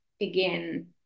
again